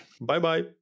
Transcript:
Bye-bye